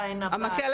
בענפי כלכלה